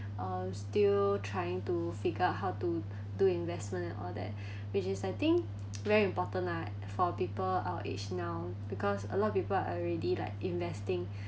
uh still trying to figure out how to do investment and all that which is I think very important lah for people our age now because a lot of people are already like investing